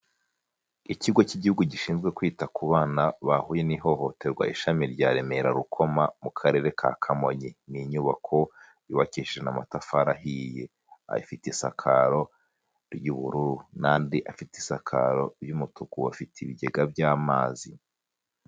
Ikigo cy'Igihugu gishinzwe kwita ku bana bahuye n'ihohoterwa ishami rya Remera-Rukoma mu karere ka Kamonyi, ni inyubako yubakishijwe n'amatafari ahiye, afite isakaro ry'ubururu n'andi afite isakaro y'umutuku afite ibigega by'amazi.